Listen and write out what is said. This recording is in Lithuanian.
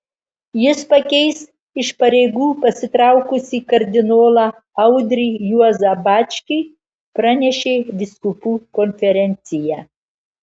jis pakeis iš pareigų pasitraukusį kardinolą audrį juozą bačkį pranešė vyskupų konferencija